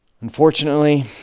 Unfortunately